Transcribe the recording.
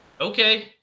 okay